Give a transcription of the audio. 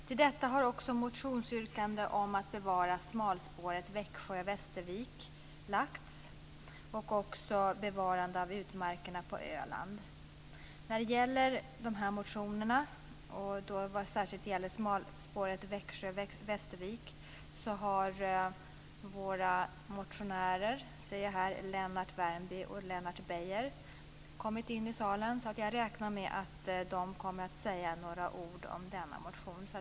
Till detta har också motionsyrkande om att bevara smalspåret Växjö-Västervik och att bevara utmarkerna på Öland lagts fram. Vad gäller särskilt motionen om smalspåret Växjö-Västervik har motionärerna Lennart Värmby och Lennart Beijer kommit in i salen. Jag räknar med att de kommer att säga några ord om denna motion.